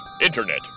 Internet